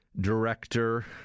director